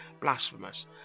Blasphemous